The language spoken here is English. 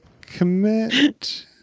commit